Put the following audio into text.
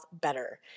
better